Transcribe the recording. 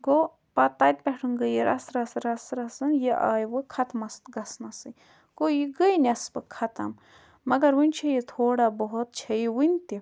گوٚو پَتہٕ تَتہِ پٮ۪ٹھ گٔے یہِ رَژھ رَژھ رَژھ رَژھن یہِ آیہِ وۄنۍ ختم گَژھنَسٕے گوٚو یہِ گٔے نیٚصفہٕ ختم مَگر وُنہِ چھِ یہِ تھوڑا بہت چھِ یہِ وُنہِ تہِ